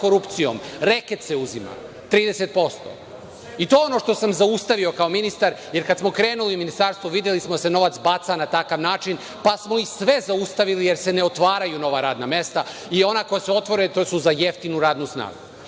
korupcijom. Uzima se reket 30%. To je ono što sam zaustavio kao ministar, jer kad smo krenuli u ministarstvu, videli smo da se novac baca na takav način, pa smo ih sve zaustavili, jer se ne otvaraju nova radna mesta i ona koja se otvore, to su za jeftinu radnu snagu. Zbog